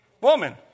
woman